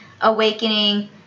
awakening